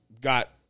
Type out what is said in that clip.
Got